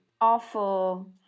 awful